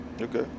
Okay